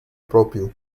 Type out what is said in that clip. propio